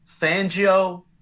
Fangio